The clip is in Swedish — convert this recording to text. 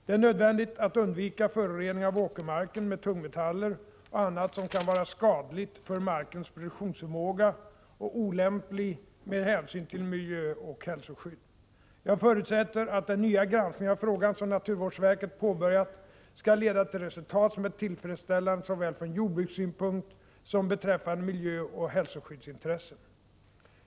Det är nödvändigt att undvika förorening av åkermarken med tungmetaller och annat som kan vara skadligt för markens produktionsförmåga och olämpligt med hänsyn till miljöoch hälsoskydd. Jag förutsätter att den nya granskning av frågan som naturvårdsverket påbörjat skall leda till resultat som är tillfredsställande såväl från jordbrukssynpunkt som beträffande miljöoch hälsoskyddsintressen.